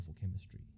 chemistry